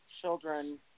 children